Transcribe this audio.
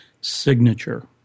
signature